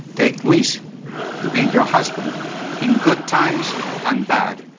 take luis to be your husband in good times and bad,